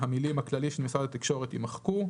המילים "הכללי של משרד התקשורת" יימחקו."